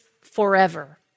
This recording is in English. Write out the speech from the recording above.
forever